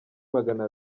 magana